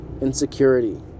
insecurity